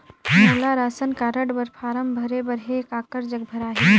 मोला ration card बर form भरे बर हे काकर जग भराही?